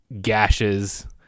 gashes